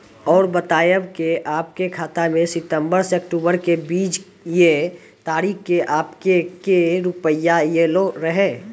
और बतायब के आपके खाते मे सितंबर से अक्टूबर के बीज ये तारीख के आपके के रुपिया येलो रहे?